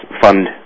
fund